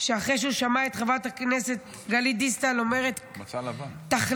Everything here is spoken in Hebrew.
שאחרי שהוא שמע את חברת הכנסת גלית דיסטל אומרת: תחלמו